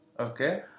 Okay